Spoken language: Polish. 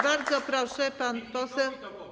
Bardzo proszę, pan poseł.